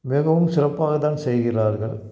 மிகவும் சிறப்பாக தான் செய்கிறார்கள்